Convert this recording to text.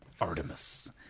Artemis